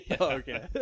okay